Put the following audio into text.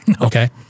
okay